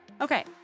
Okay